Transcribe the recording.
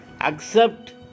Accept